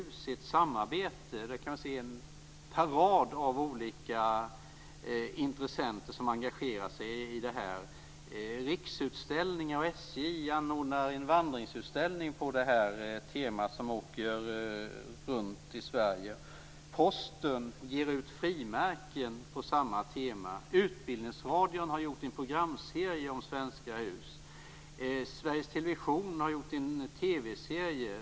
Det skedde i ett samarbete. Där kan man se en parad av olika intressenter som engagerar sig. Riksutställningar och SJ anordnar en vandringsutställning på nämnda tema som åker runt i Sverige. Posten ger ut frimärken på samma tema. Utbildningsradion har gjort en programserie om svenska hus. Sveriges Television har gjort en TV-serie.